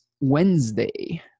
wednesday